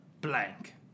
blank